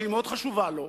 שהיא מאוד חשובה לו,